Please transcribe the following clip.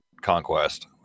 conquest